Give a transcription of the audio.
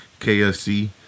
KFC